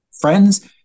friends